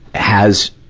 has,